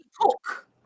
talk